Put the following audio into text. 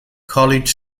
college